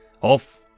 Off